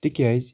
تِکیٛازِ